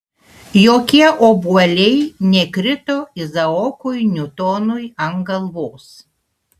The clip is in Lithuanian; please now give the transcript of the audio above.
jokie obuoliai nekrito izaokui niutonui ant galvos